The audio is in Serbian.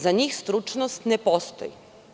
Za njih stručnost ne postoji.